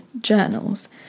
journals